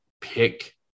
pick